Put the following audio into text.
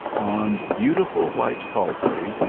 on beautiful white palfreys,